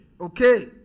okay